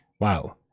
Wow